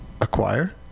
Acquire